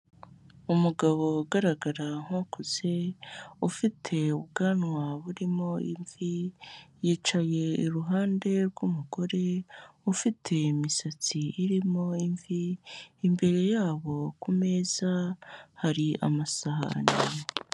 Umugabo ugaragara nk'ukuze ufite ubwanwa burimo imvi, yicaye iruhande rw'umugore ufite imisatsi irimo imvi, imbere y'abo ku meza hari amasahani.